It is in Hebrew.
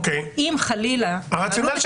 אם חלילה הם מעלו בתפקידם